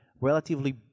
relatively